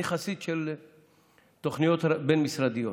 אני חסיד של תוכניות בין-משרדיות.